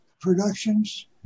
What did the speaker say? Productions